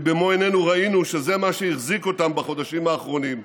כי במו עינינו ראינו שזה מה שהחזיק אותם בחודשים האחרונים.